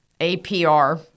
APR